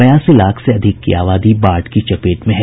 बयासी लाख से अधिक की आबादी बाढ़ की चपेट में है